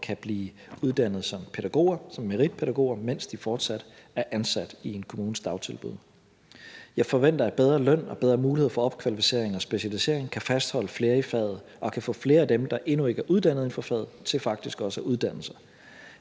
kan blive uddannet som pædagoger, som meritpædagoger, mens de fortsat er ansat i en kommunes dagtilbud. Jeg forventer, at bedre løn og bedre mulighed for opkvalificering og specialisering kan fastholde flere i faget og kan få flere af dem, der endnu ikke er uddannet inden for faget, til faktisk også at uddanne sig.